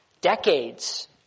decades